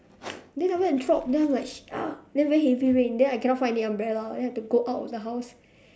then after that drop down I was like shit ah then heavy rain then I cannot find any umbrella then I have to go out of the house